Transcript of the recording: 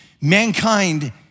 mankind